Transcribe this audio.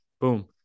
Boom